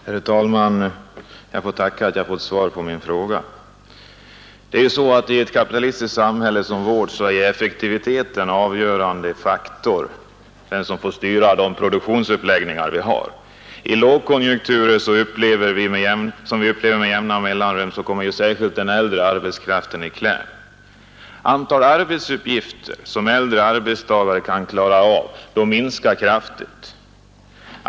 Herr talman! Jag tackar för att jag fått svar på min fråga. Det är ju så att i ett kapitalistiskt samhälle som vårt är effektiviteten den avgörande faktor som får styra produktionsuppläggningarna. I de lågkonjunkturer som vi upplever med jämna mellanrum kommer särskilt den äldre arbetskraften i kläm. Det antal arbetsuppgifter som äldre arbetstagare kan klara av minskar kraftigt.